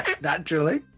naturally